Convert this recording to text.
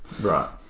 Right